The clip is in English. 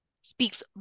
speaks